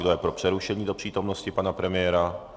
Kdo je pro přerušení do přítomnosti pana premiéra?